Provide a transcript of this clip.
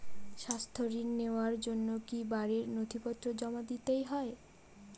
স্বাস্থ্য ঋণ নেওয়ার জন্য কি বাড়ীর নথিপত্র জমা দিতেই হয়?